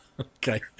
Okay